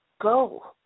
go